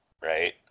right